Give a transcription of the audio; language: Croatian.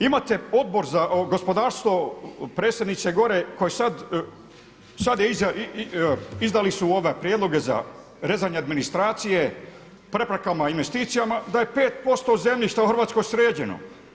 Imate Odbor za gospodarstvo predsjedniče gore koje izdali prijedloge za rezanje administracije preprekama investicijama da je 5% zemljišta u Hrvatskoj sređeno.